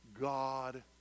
God